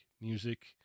music